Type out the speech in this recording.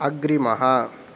अग्रिमः